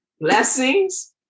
Blessings